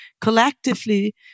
collectively